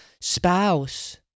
spouse